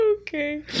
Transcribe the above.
Okay